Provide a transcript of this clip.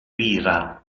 bira